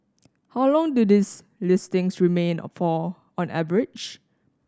how long do these listing remain for on average